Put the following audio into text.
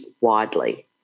widely